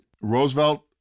Roosevelt